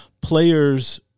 players